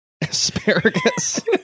Asparagus